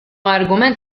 argument